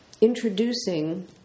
introducing